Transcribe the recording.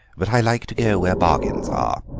but i like to go where bargains are.